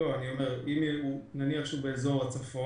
אם אדם נמצא במחוז הצפון,